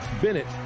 Bennett